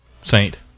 Saint